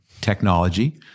technology